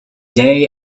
they